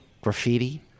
graffiti